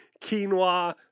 quinoa